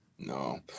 No